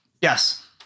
Yes